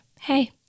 hey